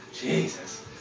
Jesus